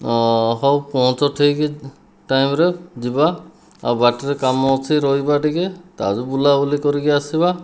ହଁ ହେଉ ପହଞ୍ଚ ଠିକ ଟାଇମ୍ ରେ ଯିବା ଆଉ ବାଟରେ କାମ ଅଛି ରହିବା ଟିକେ ତା'ପରେ ବୁଲାବୁଲି କରି ଆସିବା